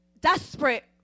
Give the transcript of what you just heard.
desperate